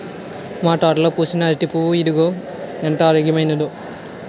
మా తోటలో పూసిన అరిటి పువ్వు ఇదిగో ఎంత ఆరోగ్యమైనదో